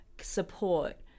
support